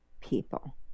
people